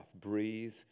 Breathe